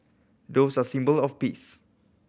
doves are symbol of peace